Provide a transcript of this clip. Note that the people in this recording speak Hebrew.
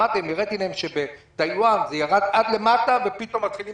הראיתי להם שבטאיוואן זה ירד עד למטה ופתאום מתחילים